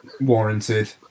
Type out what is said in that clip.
warranted